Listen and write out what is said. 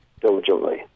diligently